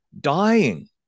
dying